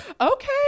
okay